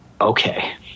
Okay